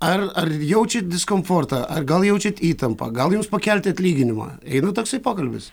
ar ar jaučiat diskomfortą ar gal jaučiat įtampą gal jums pakelti atlyginimą eina toksai pokalbis